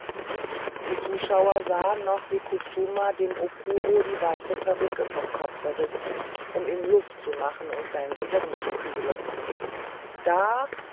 die zuschauer sahen noch wie kutsuma dem okuro die weiße perücke vom kopfe riß um ihm luft zu machen und sein gehirn zu kühlen da